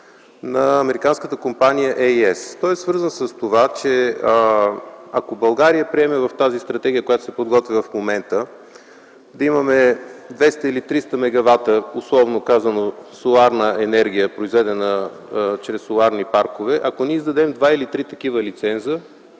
на американската компания АЕS. Той е свързан с това, че ако в тази стратегия, която се подготвя в момента, България приеме да имаме 200 или 300 мегавата, условно казано, соларна енергия, произведена чрез соларни паркове, ако ние издадем два или три такива лиценза,